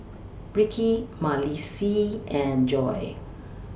Rikki Malissie and Joy